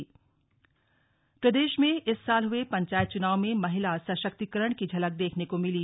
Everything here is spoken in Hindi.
महिला सशक्तिकरण चंपावत प्रदेश में इस साल हुए पंचायत चुनाव में महिला सशक्तिकरण की झलक देखने को मिली